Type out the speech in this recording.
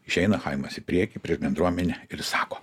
išeina chaimas į priekį prieš bendruomenę ir sako